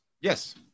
Yes